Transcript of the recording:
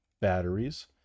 batteries